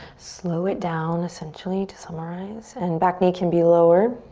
slow it down essentially to summarize and back knee can be lowered